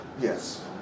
Yes